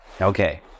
Okay